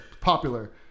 popular